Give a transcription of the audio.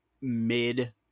mid